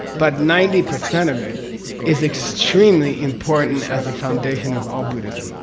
but ninety percent of it is extremely important as a foundation of all buddhism.